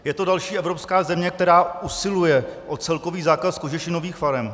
Je to další evropská země, která usiluje o celkový zákaz kožešinových farem.